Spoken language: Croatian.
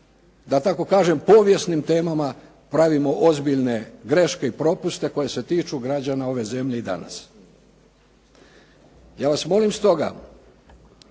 da tako kažem, povijesnim temama pravimo ozbiljne greške i propuste koji se tiču građana ove zemlje i danas. Ja vas molim stoga